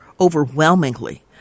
overwhelmingly